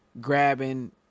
grabbing